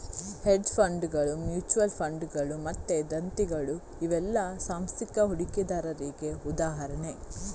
hedge ಫಂಡುಗಳು, mutual ಫಂಡುಗಳು ಮತ್ತೆ ದತ್ತಿಗಳು ಇವೆಲ್ಲ ಸಾಂಸ್ಥಿಕ ಹೂಡಿಕೆದಾರರಿಗೆ ಉದಾಹರಣೆ